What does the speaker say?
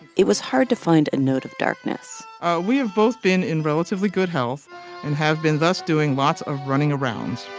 it was hard to find a note of darkness we have both been in relatively good health and have been thus doing lots of running around